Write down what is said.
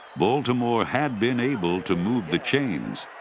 baltimore had been able to move the chains.